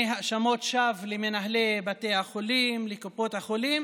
האשמות שווא למנהלי בתי החולים וקופות החולים